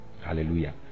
Hallelujah